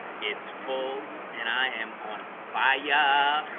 it's full and i am on fire yeah